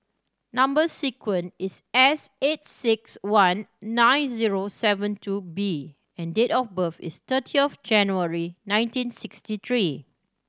number sequence is S eight six one nine zero seven two B and date of birth is thirty of January nineteen sixty three